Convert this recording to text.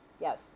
Yes